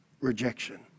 Rejection